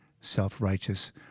self-righteous